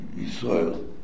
Israel